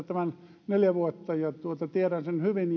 tämän neljä vuotta ja tiedän sen hyvin